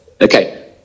Okay